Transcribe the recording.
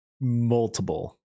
multiple